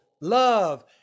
love